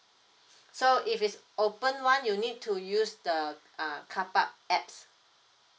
so if it's open [one] you need to use the uh carpark apps